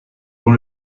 dont